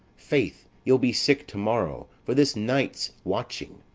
faith, you'll be sick to-morrow for this night's watching.